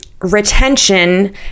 retention